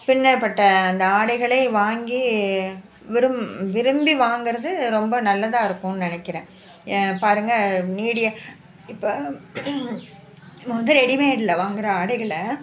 பின்னப்பட்ட அந்த ஆடைகளை வாங்கி விரும் விரும்பி வாங்குகிறது ரொம்ப நல்லதா இருக்கும்னு நினைக்கிறேன் ஏன் பாருங்க நீடிய இப்போ வந்து ரெடிமேட்டில் வாங்குகிற ஆடைகளை